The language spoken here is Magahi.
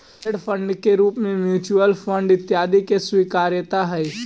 हेज फंड के रूप में म्यूच्यूअल फंड इत्यादि के स्वीकार्यता हई